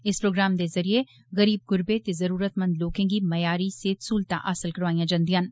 इस प्रोग्राम दे जरियै गरीब गुरबे ते जरूरतमंद लोकें गी म्यारी सेह्त सहूलतां हासल करोआइयां जंदियां न